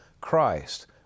Christ